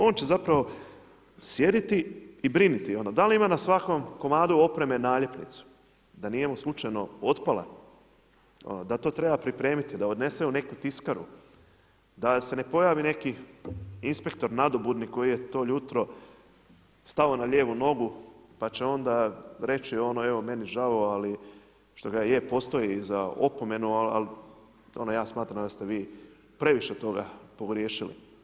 On će zapravo sjediti i brinuti da li ima na svakom komadu opreme naljepnicu, da nije mu slučajno otpala, da to treba pripremiti, da odnese u neku tiskaru, da se ne pojavi neki inspektor nadobudni koji je to jutro stao na lijevu nogu, pa će onda reći ono, evo meni žao, ali što ga je postoji za opomenu, al ono ja smatram da ste vi previše toga pogriješili.